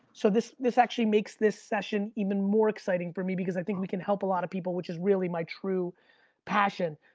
so, this this actually makes this session even more exciting for me because i think we can help a lot of people, which is really my true passion.